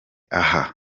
aha